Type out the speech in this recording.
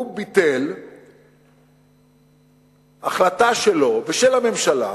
וביטל החלטה שלו ושל הממשלה